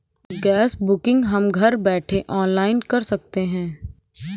gas booking हम घर बैठे ऑनलाइन कर सकते है